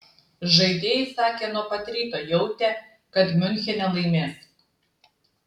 žaidėjai sakė nuo pat ryto jautę kad miunchene laimės